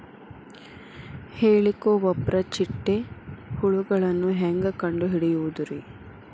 ಹೇಳಿಕೋವಪ್ರ ಚಿಟ್ಟೆ ಹುಳುಗಳನ್ನು ಹೆಂಗ್ ಕಂಡು ಹಿಡಿಯುದುರಿ?